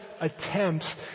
attempts